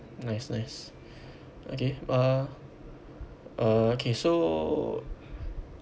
nice nice okay uh uh K so